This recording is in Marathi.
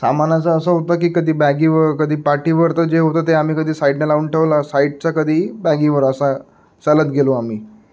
सामानाचं असं होतं की कधी बॅगीवर कधी पाठीवर तर जे होतं ते आम्ही कधी साईडनं लावून ठेवला साईडचा कधी बॅगीवर असा चालत गेलो आम्ही